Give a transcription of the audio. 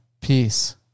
peace